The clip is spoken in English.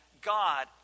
God